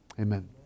Amen